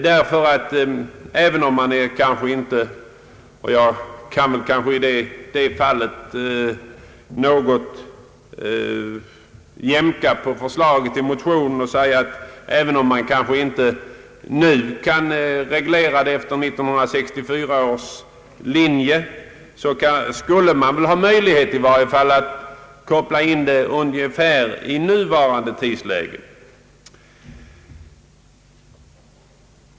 Jag kan på den här punkten kanske något jämka på förslaget i motionen och säga att även om det inte är möjligt att reglera värdebeständigheten efter 1964 års köpkraft skulle det väl ändå vara tänkbart att som utgångspunkt ta nuvarande prisläge.